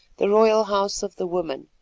the royal house of the women,